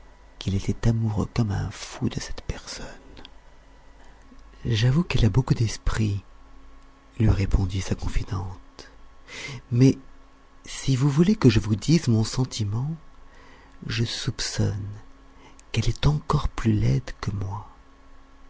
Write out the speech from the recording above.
qu'il était amoureux comme un fou de cette personne j'avoue qu'elle a beaucoup d'esprit lui répondit sa confidente mais si vous voulez que je vous dise mon sentiment je soupçonne qu'elle est encore plus laide que moi